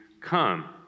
come